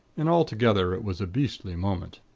and altogether it was a beastly moment.